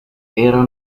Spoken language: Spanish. era